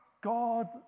God